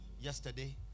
yesterday